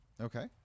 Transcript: Okay